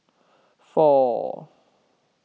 four